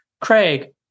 craig